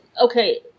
okay